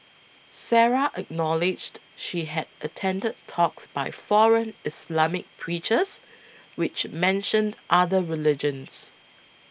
Sarah acknowledged she had attended talks by foreign Islamic preachers which mentioned other religions